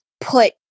put